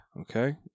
Okay